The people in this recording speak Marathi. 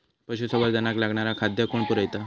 पशुसंवर्धनाक लागणारा खादय कोण पुरयता?